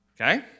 Okay